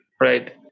Right